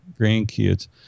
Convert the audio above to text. grandkids